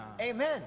Amen